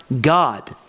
God